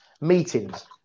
Meetings